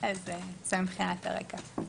זה מבחינת הרקע.